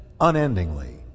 unendingly